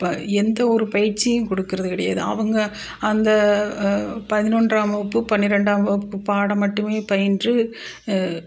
எந்தவொரு பயிற்சியும் கொடுக்குறது கிடையாது அவங்க அந்த பதினொன்றாம் வகுப்பு பன்னிரெண்டாம் வகுப்பு பாடம் மட்டும் பயின்று